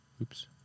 Oops